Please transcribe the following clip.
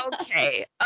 okay